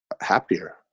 happier